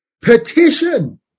petition